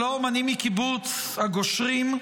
שלום, אני מקיבוץ הגושרים,